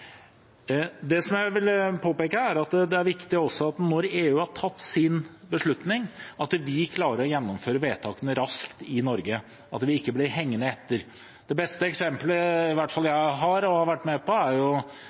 Det jeg ville påpeke, er at det også er viktig at vi, når EU har tatt sin beslutning, klarer å gjennomføre vedtakene raskt i Norge, at vi ikke blir hengende etter. Det beste eksemplet som jeg har, som jeg har vært med på, er